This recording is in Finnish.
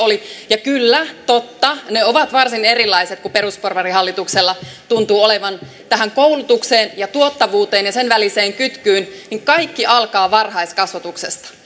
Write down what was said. oli ja kyllä totta ne ovat varsin erilaiset kuin perusporvarihallituksella tuntuu olevan tähän koulutukseen ja tuottavuuteen ja niiden väliseen kytkyyn kaikki alkaa varhaiskasvatuksesta